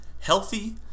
Healthy